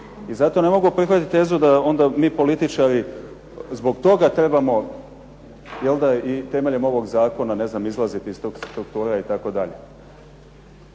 I zato ne mogu prihvatiti tezu da onda mi političari zbog toga trebamo i temeljem ovog zakona izlaziti iz struktura itd.